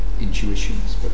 intuitions